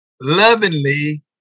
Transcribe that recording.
lovingly